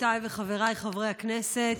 חבריי וחברותיי חברי הכנסת,